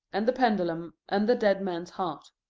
and the pendulum, and the dead man's heart.